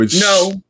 No